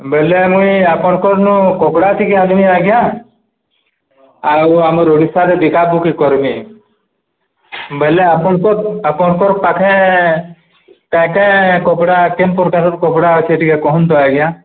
ବୋଇଲେ ମୁଁ ଆପଣଙ୍କଠୁ କପଡ଼ା ଟିକେ ଆଣିବି ଆଜ୍ଞା ଆଉ ଆମର ଓଡ଼ିଶାରେ ବିକା ବିକି କରିବି ବୋଲେ ଆପଣଙ୍କ ଆପଣଙ୍କର ପାଖେ କେଉଁ କେଉଁ କପଡ଼ା କେଉଁ ପ୍ରକାର କପଡ଼ା ଅଛି ଟିକିଏ କୁହନ୍ତୁ ଆଜ୍ଞା